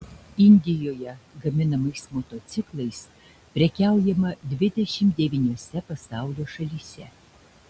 indijoje gaminamais motociklais prekiaujama dvidešimt devyniose pasaulio šalyse